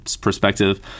perspective